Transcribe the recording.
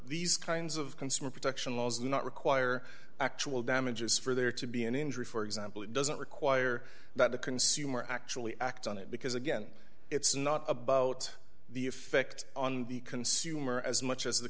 these kinds of consumer protection laws do not require actual damages for there to be an injury for example it doesn't require that the consumer actually act on it because again it's not about the effect on the consumer as much as the